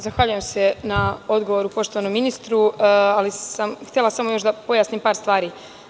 Zahvaljujem se na odgovoru poštovanom ministru, ali samhtela samo da pojasnim još par stvari.